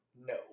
no